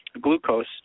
Glucose